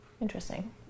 interesting